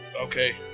okay